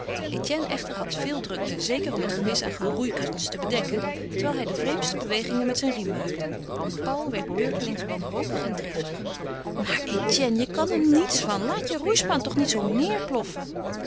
etienne echter had veel drukte zeker om het gemis aan roeikunst te bedekken terwijl hij de vreemdste bewegingen met zijn riem maakte paul werd beurtelings wanhopig en driftig maar etienne je kan er niets van laat je roeispaan toch niet zoo neêrploffen